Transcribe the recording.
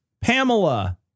Pamela